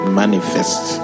manifest